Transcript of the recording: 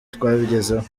twabigezeho